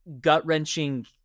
gut-wrenching